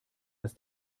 dass